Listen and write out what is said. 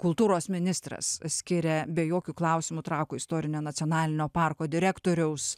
kultūros ministras skiria be jokių klausimų trakų istorinio nacionalinio parko direktoriaus